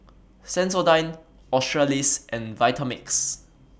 Sensodyne Australis and Vitamix